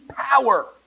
power